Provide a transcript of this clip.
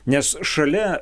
nes šalia